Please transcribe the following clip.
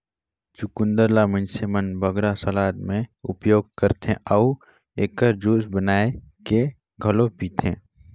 चुकंदर ल मइनसे मन बगरा सलाद में उपयोग करथे अउ एकर जूस बनाए के घलो पीथें